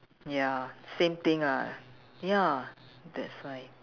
ya same thing ah ya that's why